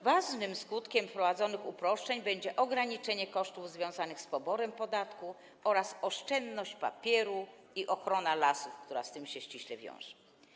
Ważnym skutkiem wprowadzonych uproszczeń będzie ograniczenie kosztów związanych z poborem podatku oraz oszczędność papieru i ochrona lasów, która z tym się ściśle wiąże.